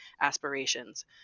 aspirations